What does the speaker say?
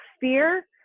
fear